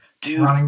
Dude